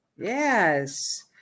Yes